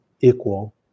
equal